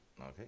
Okay